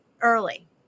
early